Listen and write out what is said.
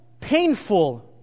painful